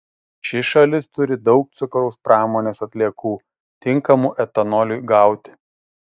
ši šalis turi daug cukraus pramonės atliekų tinkamų etanoliui gauti